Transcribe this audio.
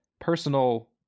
personal